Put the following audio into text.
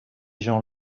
gens